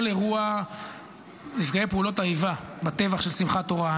כל אירוע נפגעי פעולות האיבה בטבח של שמחת תורה,